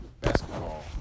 basketball